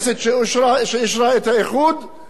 ביום האזכרה של המנוח רבין,